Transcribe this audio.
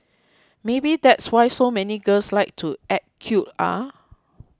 maybe that's why so many girls like to act cute ah